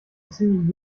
ziemlich